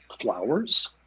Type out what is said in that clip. flowers